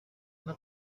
una